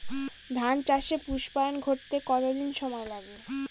ধান চাষে পুস্পায়ন ঘটতে কতো দিন সময় লাগে?